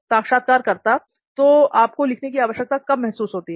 साक्षात्कारकर्ता तो आपको लिखने की आवश्यकता कब महसूस होती है